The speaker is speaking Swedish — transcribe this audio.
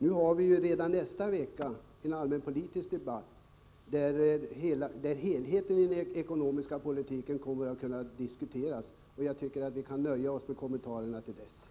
Redan nästa vecka blir det ju en allmänpolitisk debatt, där helheten i den ekonomiska politiken kommer att kunna diskuteras, och jag tycker att vi kan vänta med kommentarerna till dess.